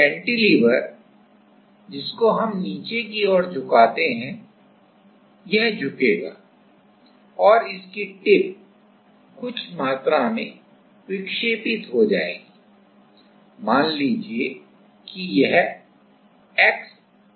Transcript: cantilever जिसको हम नीचे की ओर झुकाते हैं यह झुकेगा और इसकी टिप कुछ मात्रा में विक्षेपित हो जाएगी मान लीजिए कि यह x विक्षेपित होती है